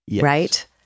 right